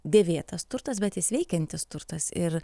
dėvėtas turtas bet jis veikiantis turtas ir